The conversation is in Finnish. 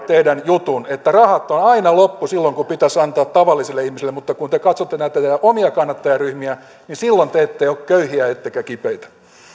teidän juttunne että rahat ovat aina lopussa silloin kun pitäisi antaa tavalliselle ihmiselle mutta kun te katsotte näitä teidän omia kannattajaryhmiänne niin silloin te ette ole köyhiä ettekä kipeitä